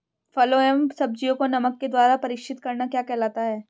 फलों व सब्जियों को नमक के द्वारा परीक्षित करना क्या कहलाता है?